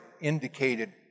indicated